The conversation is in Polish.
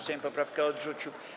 Sejm poprawkę odrzucił.